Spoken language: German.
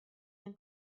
den